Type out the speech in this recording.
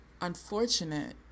unfortunate